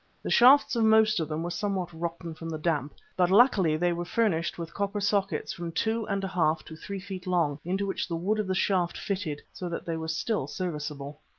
the shafts of most of them were somewhat rotten from the damp, but luckily they were furnished with copper sockets from two and a half to three feet long, into which the wood of the shaft fitted, so that they were still serviceable.